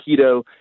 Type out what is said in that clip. keto